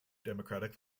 democratic